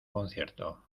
concierto